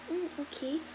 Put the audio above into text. mm okay